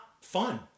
fun